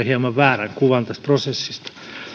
hieman väärän kuvan tästä prosessista